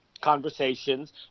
conversations